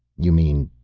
you mean,